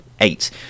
eight